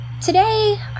Today